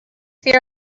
fear